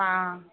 ஆ